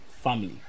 family